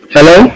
Hello